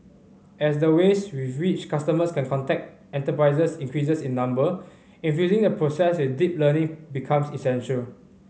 as the ways with which customers can contact enterprises increase in number infusing the process with deep learning becomes essential